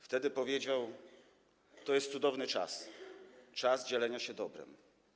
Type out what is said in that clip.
Wtedy powiedział: To jest cudowny czas, czas dzielenia się dobrem.